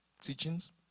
teachings